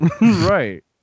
Right